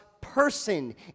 person